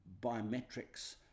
biometrics